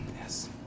yes